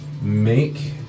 make